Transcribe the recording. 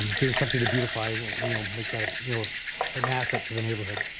doing something to beautify or you know make that ah you know an asset to the neighborhood.